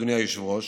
אדוני היושב-ראש,